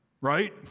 right